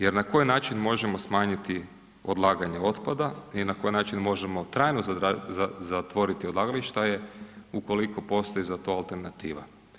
Jer na koji način možemo smanjiti odlaganje otpada i na koji način možemo trajno zatvoriti odlagališta je ukoliko postoji za to alternativa.